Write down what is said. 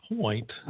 point